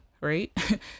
right